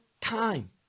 time